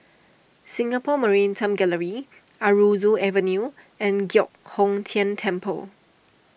Singapore Maritime Gallery Aroozoo Avenue and Giok Hong Tian Temple